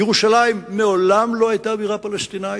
ירושלים מעולם לא היתה בירה פלסטינית.